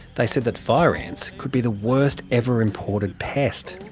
they said that fire ants could be the worst ever imported pest,